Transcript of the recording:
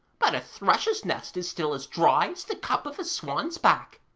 but a thrush's nest is still as dry as the cup of a swan's back